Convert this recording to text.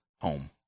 home